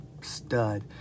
stud